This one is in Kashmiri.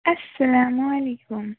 اَسَلامُ علیکُم